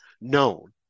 known